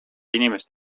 inimest